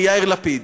מיאיר לפיד.